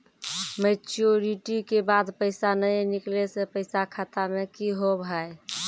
Maturity के बाद पैसा नए निकले से पैसा खाता मे की होव हाय?